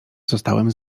zostałem